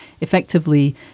effectively